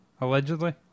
Allegedly